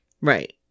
right